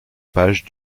page